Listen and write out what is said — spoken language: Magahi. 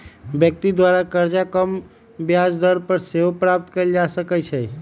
व्यक्ति द्वारा करजा कम ब्याज दर पर सेहो प्राप्त कएल जा सकइ छै